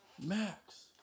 Max